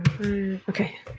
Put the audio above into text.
okay